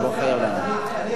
אז תגיד הצעה אחרת.